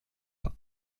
pas